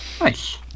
Nice